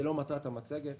זה לא מטרת המצגת.